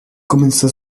comenzó